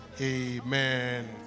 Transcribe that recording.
Amen